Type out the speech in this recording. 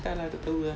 entah lah tak tahu lah